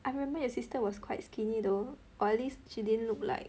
I remember your sister was quite skinny though or at least she didn't look like